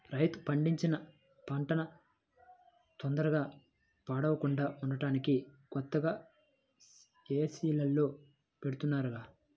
రైతు పండించిన పంటన తొందరగా పాడవకుండా ఉంటానికి కొత్తగా ఏసీల్లో బెడతన్నారుగా